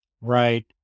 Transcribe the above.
Right